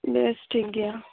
ᱵᱮᱥ ᱴᱷᱤᱠ ᱜᱮᱭᱟ